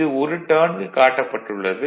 இது ஒரு டர்ன்க்கு காட்டப்பட்டுள்ளது